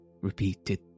repeated